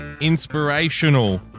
inspirational